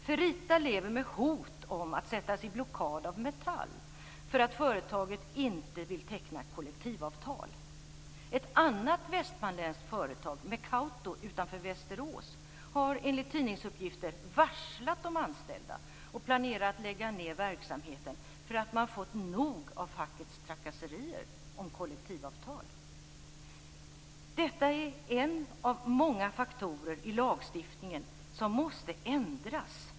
Ferrita lever med hot om att sättas i blockad av Metall för att företaget inte vill teckna kollektivavtal. Ett annat västmanländskt företag, Mekauto utanför Västerås, har, enligt tidningsuppgifter, varslat de anställda och planerar att lägga ned verksamheten för att man fått nog av fackets trakasserier om kollektivavtal. Detta är en av många faktorer i lagstiftningen som måste ändras.